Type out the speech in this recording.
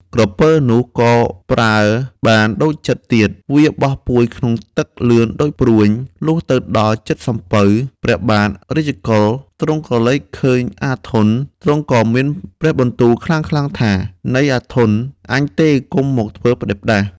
ក្រពើនោះក៏ប្រើបានដូចចិត្តទៀត វាបោះពួយក្នុងទឹកលឿនដូចព្រួញ លុះទៅជិតដល់សំពៅ ព្រះបាទរាជ កុលៗ ទ្រង់ក្រឡេកឃើញ អាធន់ ក៏ទ្រង់មានព្រះបន្ទូលខ្លាំងៗ ថា " នៃ អាធន់ ! អញទេ កុំមកធ្វើផ្តេសផ្តាស " ។